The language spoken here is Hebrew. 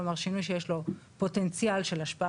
כלומר שינוי שיש לו פוטנציאל של השפעה